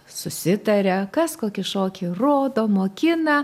susitaria kas kokį šokį rodo mokina